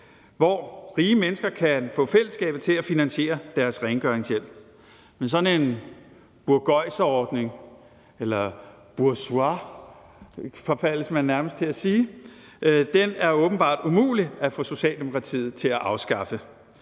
hvor rige mennesker kan få fællesskabet til at finansiere deres rengøringshjælp. Men sådan en burgøjserordning – eller bourgeois, forfaldes man nærmest til at sige – er åbenbart umuligt at få Socialdemokratiet til at afskaffe,